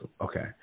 Okay